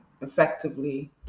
effectively